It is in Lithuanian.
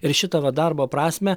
ir šito va darbo prasmę